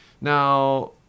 Now